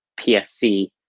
psc